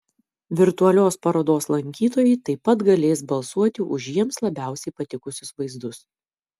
virtualios parodos lankytojai taip pat galės balsuoti už jiems labiausiai patikusius vaizdus